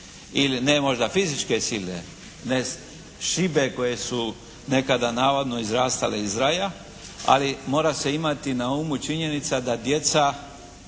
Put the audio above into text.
Ili ne možda fizičke sile, ne šibe koje su nekada navodno izrastale iz raja ali mora se imati na umu činjenica da djeca